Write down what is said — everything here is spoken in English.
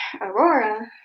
aurora